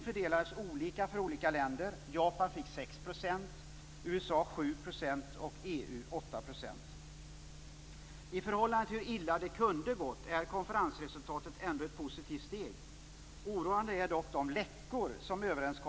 Värdena kommer att stiga. Utöver de här gifterna är vattnet kraftigt övergött.